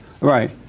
Right